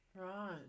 Right